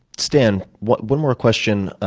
stan, one one more question,